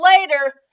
later